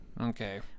okay